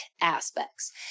aspects